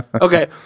okay